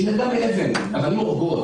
היא נהרגה מאבן, אבנים הורגות